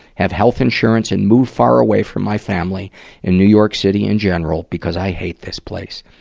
have health insurance, and move far away from my family and new york city in general because i hate this place.